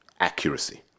accuracy